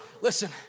Listen